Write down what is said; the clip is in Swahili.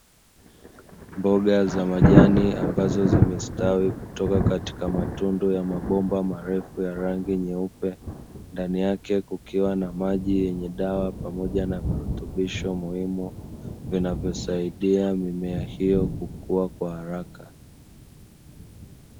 Mboga za majani ambazo zimestawi kutoka katika matundu ya mabomba marefu yenye rangi nyeupe, ndani yake kukiwa na maji yenye dawa pamoja na virutubisho muhimu, vinavyosaidia mimea hiyo kukua kwa haraka.